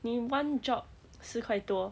你 one job 四块多